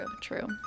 true